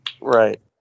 Right